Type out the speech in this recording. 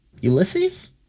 Ulysses